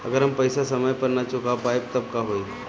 अगर हम पेईसा समय पर ना चुका पाईब त का होई?